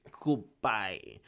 Goodbye